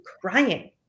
crying